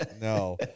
no